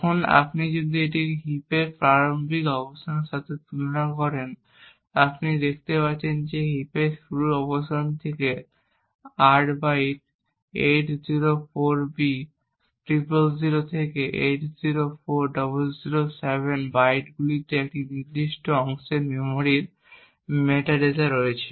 এখন আপনি যদি এটিকে হিপের প্রারম্ভিক অবস্থানের সাথে তুলনা করেন আপনি দেখতে পাচ্ছেন যে এটি হিপের শুরুর অবস্থান থেকে 8 বাইট 804b000 থেকে 804007 বাইটগুলিতে এই নির্দিষ্ট অংশের মেমরির মেটাডেটা রয়েছে